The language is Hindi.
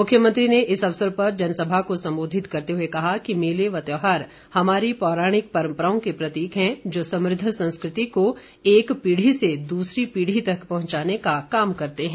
मुख्यमंत्री ने इस अवसर पर जनसभा को सम्बोधित करते हुए कहा कि मेले व त्यौहार हमारी पौराणिक परम्पराओं के प्रतीक हैं जो समृद्ध संस्कृति को एक पीढ़ी से दूसरी पीढ़ी तक पहुंचाने का काम करते हैं